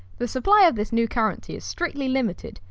the supply of this new currency is strictly limited,